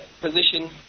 position